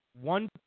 one